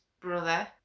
brother